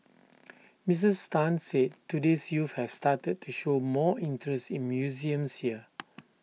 Missus Tan said today's youth have started to show more interest in museums here